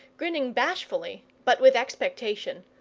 grinning bashfully but with expectation.